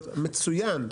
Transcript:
מצוין,